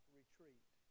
retreat